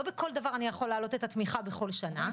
לא בכל דבר אני יכול להעלות את התמיכה בכל שנה',